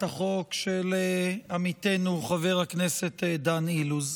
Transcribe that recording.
החוק של עמיתנו חבר הכנסת דן אילוז.